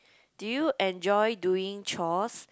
do you enjoy doing chores